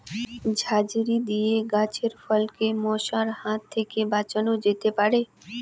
ঝাঁঝরি দিয়ে গাছের ফলকে মশার হাত থেকে বাঁচানো যেতে পারে?